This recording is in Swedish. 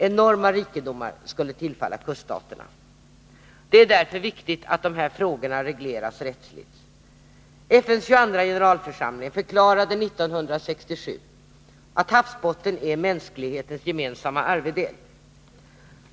Enorma rikedomar skulle tillfalla kuststaterna. Det är därför viktigt att de här frågorna regleras rättsligt. FN:s 22:a generalförsamling förklarade 1967 att havsbotten är mänsklighetens gemensamma arvedel.